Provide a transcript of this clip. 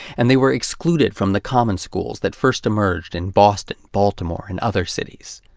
and they were excluded from the common schools that first emerged in boston, baltimore and other cities.